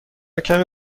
کمی